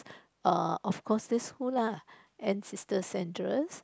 uh of course this who lah end sister Sandra